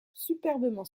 superbement